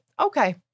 Okay